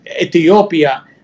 Ethiopia